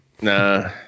Nah